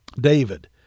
David